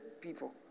people